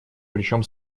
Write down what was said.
причем